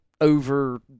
over